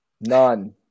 none